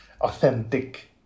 authentic